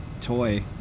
toy